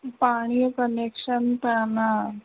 पाणीअ कनेक्शन त आहिनि